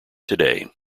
today